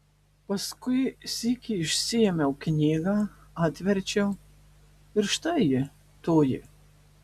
paskui sykį išsiėmiau knygą atverčiau ir štai ji toji